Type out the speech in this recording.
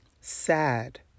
sad